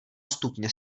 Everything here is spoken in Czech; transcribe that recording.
stupně